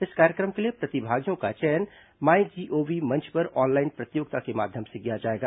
इस कार्यक्रम के लिए प्रतिभागियों का चयन माय जीओवी मंच पर ऑनलाइन प्रतियोगिता के माध्यम से किया जाएगा